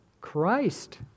Christ